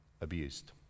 abused